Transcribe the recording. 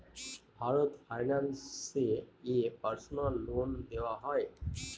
Bharat finance এ personal loan দেওয়া হয়?